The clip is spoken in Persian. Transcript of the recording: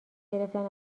گرفتن